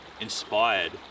inspired